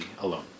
alone